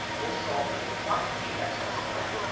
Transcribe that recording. we'll solve for the quantity x but y,